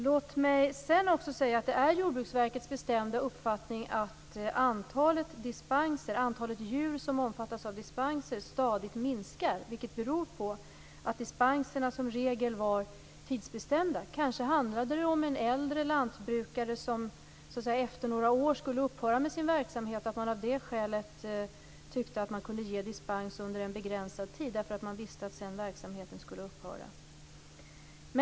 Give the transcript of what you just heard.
Låt mig sedan också säga att det är Jordbruksverkets bestämda uppfattning att antalet dispenser, antalet djur som omfattas av dispenser, stadigt minskar. Det beror på att dispenserna som regel var tidsbestämda. Kanske handlade det om äldre lantbrukare som efter några år skulle upphöra med sin verksamhet. Kanske tyckte man av det skälet att man kunde ge dispens under en begränsad tid, eftersom man visste att verksamheten sedan skulle upphöra.